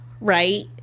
right